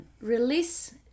Release